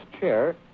chair